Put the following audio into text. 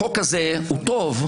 החוק הזה הוא טוב,